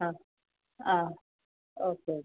ആ ആ ഓക്കേ